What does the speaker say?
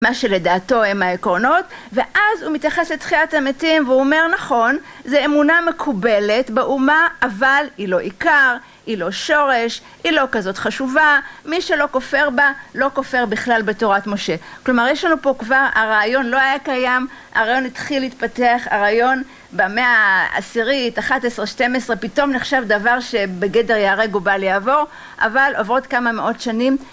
מה שלדעתו הם העקרונות ואז הוא מתייחס לתחיית המתים והוא אומר נכון זה אמונה מקובלת באומה אבל היא לא עיקר, היא לא שורש, היא לא כזאת חשובה, מי שלא כופר בה לא כופר בכלל בתורת משה. כלומר יש לנו פה כבר הרעיון לא היה קיים הרעיון התחיל להתפתח הרעיון במאה העשירית, אחת עשרה, שתיים עשרה פתאום נחשב דבר שבגדר יהרג ובל יעבור, אבל עוברות כמה מאות שנים